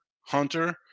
Hunter